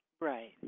Right